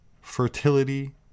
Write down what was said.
fertility